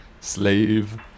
Slave